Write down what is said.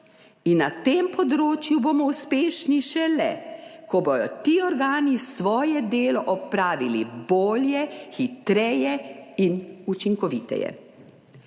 In na tem področju bomo uspešni šele, ko bodo ti organi svoje delo opravili bolje, hitreje in učinkoviteje.